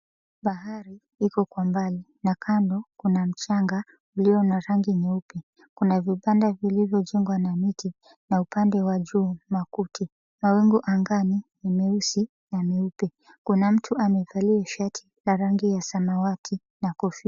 Bahari iko kwa mbali, na kando kuna michanga ulio na rangi nyeupe. Kuna vibanda vilivyojengwa na miti, na upande wa juu makuti. Mawingu angani ni meusi na meupe. Kuna mtu amevalia shati la rangi ya samawati na kofia.